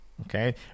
Okay